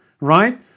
right